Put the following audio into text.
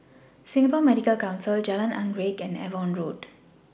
Singapore Medical Council Jalan Anggerek and Avon Road